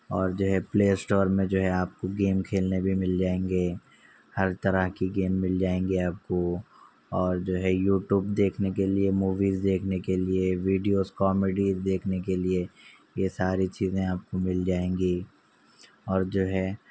اور جو ہے پلے اسٹور میں جو ہے آپ کو گیم کھیلنے بھی مل جائیں گے ہر طرح کے گیم مل جائیں گے آپ کو اور جو ہے یوٹیوب دیکھنے کے لیے موویز دیکھنے کے لیے ویڈیوز کامیڈی دیکھنے کے لیے یہ ساری چیزیں آپ کو مل جائیں گی اور جو ہے